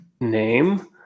name